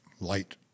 light